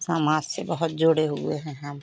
समाज से बहुत जुड़े हुए हैं हम